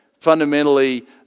fundamentally